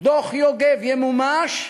דוח יוגב ימומש,